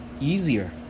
easier